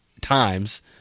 times